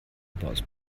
überaus